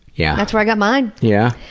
yeah that's where i got mine. yeah?